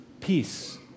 Peace